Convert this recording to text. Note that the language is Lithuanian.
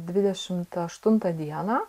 dvidešimt aštuntą dieną